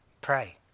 pray